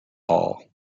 hall